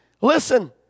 Listen